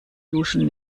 duschen